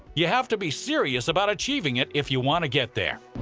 you have to be serious about achieving it if you want to get there.